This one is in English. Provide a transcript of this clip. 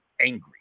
angry